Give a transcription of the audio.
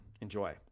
Enjoy